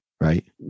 right